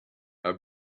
our